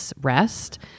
rest